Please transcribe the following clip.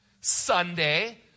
Sunday